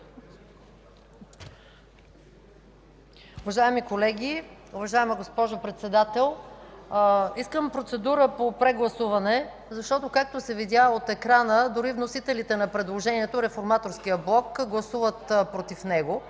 Уважаеми колеги, уважаема госпожо Председател! Искам процедура по прегласуване, защото, както се видя от екрана, дори вносителите на предложението – Реформаторският блок, гласуват „против” него,